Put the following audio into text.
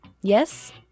Yes